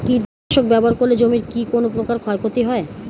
কীটনাশক ব্যাবহার করলে জমির কী কোন প্রকার ক্ষয় ক্ষতি হয়?